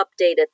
updated